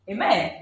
Amen